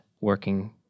working